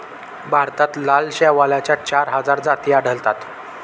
भारतात लाल शेवाळाच्या चार हजार जाती आढळतात